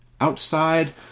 outside